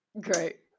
Great